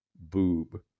boob